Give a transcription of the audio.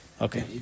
Okay